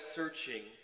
searching